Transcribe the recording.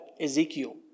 Ezekiel